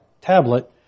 tablet